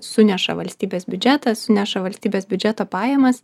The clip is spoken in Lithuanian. suneša valstybės biudžetą suneša valstybės biudžeto pajamas